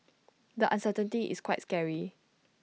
the uncertainty is quite scary